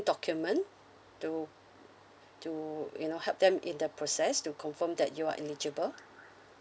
document to to you know help them in the process to confirm that you are eligible